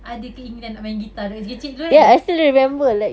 ada keinginan nak main guitar kecil-kecil dulu kan